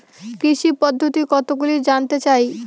কৃষি পদ্ধতি কতগুলি জানতে চাই?